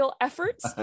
efforts